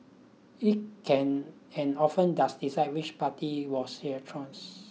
it can and often does decide which party was